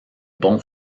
bon